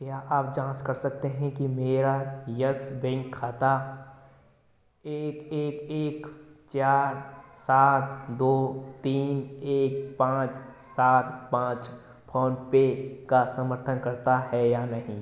क्या आप जाँच सकते हैं कि मेरा यस बैंक खाता एक एक एक चार सात दो तीन एक पाँच सात पाँच फोनपे का समर्थन करता है या नहीं